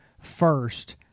first